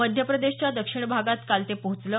मध्यप्रदेशच्या दक्षिण भागात काल ते पोहोचलं